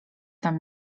tam